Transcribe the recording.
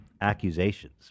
accusations